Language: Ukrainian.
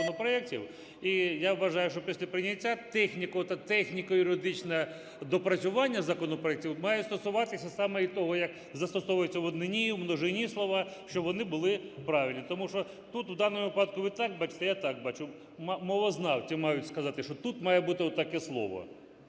І я вважаю, що після прийняття техніко- та техніко-юридичне допрацювання законопроектів має стосуватися саме і того, як застосовуються в однині, в множині слова, щоб вони були правильні. Тому що тут у даному випадку ви так бачите, я так бачу. Мовознавці мають сказати, що тут має бути от таке слово.